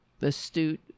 astute